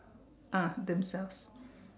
ah themselves